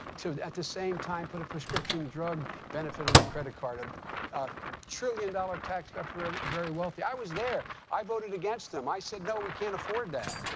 to at the same time put a prescription drug benefit on the credit card, a trillion dollar tax cut for a very wealthy. i was there. i voted against him. i said, no, we can't afford that.